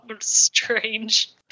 strange